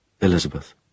Elizabeth